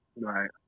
Right